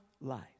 life